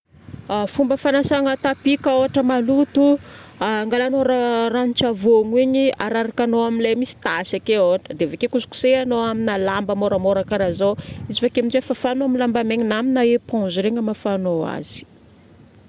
Fomba fagnasagna tapis ka ôhatra maloto. Angalagnao ranon-tsavono igny, ararakanao amin'ilay misy tasy akeo. Dia avakeo kosikosehagnao amina lamba moramora karaha zao. Izy vake aminjay fafagnao amina lamba maigny na amina éponge regny amafagnao azy.